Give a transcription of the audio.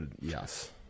Yes